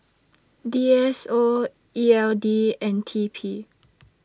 D S O E L D and T P